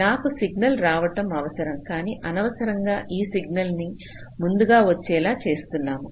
నాకు సిగ్నల్ రావటం అవసరం కానీ అనవసరంగా ఈ సిగ్నల్ ముందుగా వచ్చేలా చేస్తున్నాము